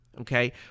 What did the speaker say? Okay